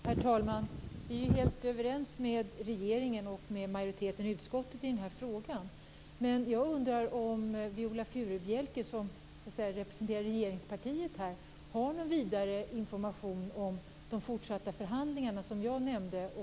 Herr talman! Vi är helt överens med regeringen och majoriteten i utskottet i den här frågan. Men jag undrar om Viola Furubjelke, som representerar regeringspartiet, har någon ytterligare information om de fortsatta förhandlingarna, som jag nämnde.